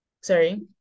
sorry